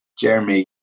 Jeremy